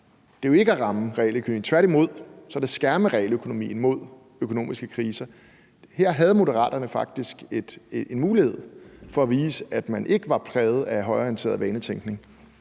Det er jo ikke at ramme realøkonomien, tværtimod er det at skærme realøkonomien mod økonomiske kriser. Her havde Moderaterne faktisk en mulighed for at vise, at man ikke var præget af højreorienteret vanetænkning.